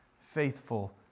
faithful